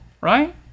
right